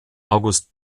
august